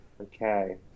okay